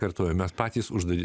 kartoju mes patys uždaryti